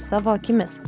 savo akimis